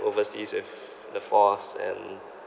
overseas with the force and